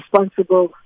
responsible